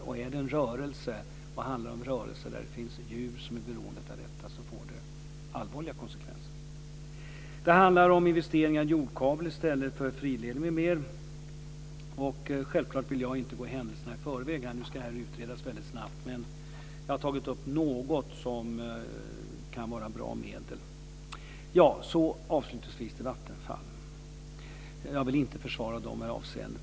Är det en rörelse där det finns djur som är beroende av el får det allvarliga konsekvenser. Det handlar om investeringar i jordkablar i stället för friledningar m.m. Självklart vill jag inte gå händelserna i förväg när det här nu ska utredas väldigt snabbt. Men jag har tagit upp något som kan vara bra medel. Avslutningsvis till Vattenfall. Jag vill inte försvara dem i det här avseendet.